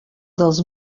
dels